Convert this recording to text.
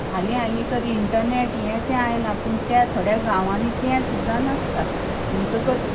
हालीं हालीं तर इंटरनेट हें तें आयलां पूण थोड्या गांवांनी तें सुद्दा नासता